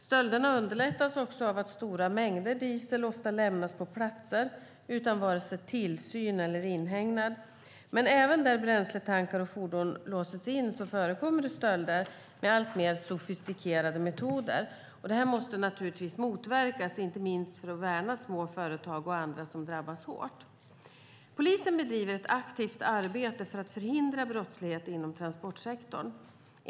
Stölderna underlättas också av att stora mängder diesel ofta lämnas på platser utan vare sig tillsyn eller inhägnad. Men även där bränsletankar och fordon låses in förekommer stölder med alltmer sofistikerade metoder. Det här måste naturligtvis motverkas, inte minst för att värna små företag och andra som drabbas hårt. Polisen bedriver ett aktivt arbete för att förhindra brottslighet inom transportsektorn.